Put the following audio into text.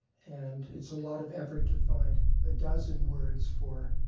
and it's a lot of effort to find a dozen words for